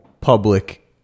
public